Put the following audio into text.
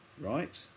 right